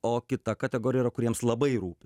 o kita kategorija yra kuriems labai rūpi